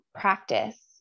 practice